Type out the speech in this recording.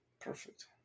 perfect